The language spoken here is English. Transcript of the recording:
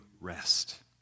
rest